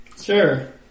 Sure